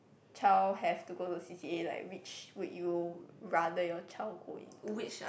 child have to go to C_C_A like which would you rather your child go into